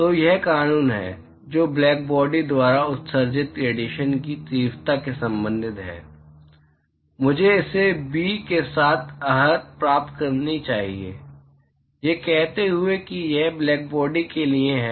तो वह कानून है जो ब्लैकबॉडी द्वारा उत्सर्जित रेडिएशन की तीव्रता से संबंधित है मुझे इसे बी के साथ अर्हता प्राप्त करनी चाहिए यह कहते हुए कि यह ब्लैकबॉडी के लिए है